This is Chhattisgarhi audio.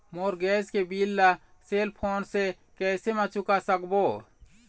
मोर गैस के बिल ला सेल फोन से कैसे म चुका सकबो?